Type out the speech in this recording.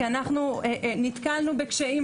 כי אנחנו נתקלנו בקשיים